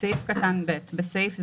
"(ב)בסעיף זה,